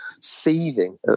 seething